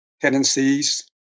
tendencies